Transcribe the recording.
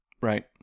Right